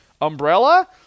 umbrella